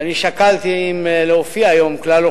ואני שקלתי אם להופיע היום בכלל,